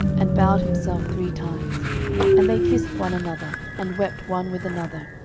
and bowed himself three times and they kissed one another, and wept one with another,